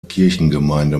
kirchengemeinde